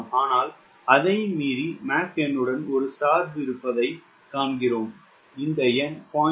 ஆனால் அதையும் மீறி மாக் எண்ணுடன் ஒரு சார்பு இருப்பதைக் காண்கிறோம் இந்த எண் 0